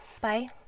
Bye